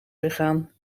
gegaan